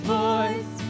voice